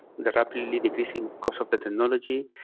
the rapidly decreasing cost of the technology,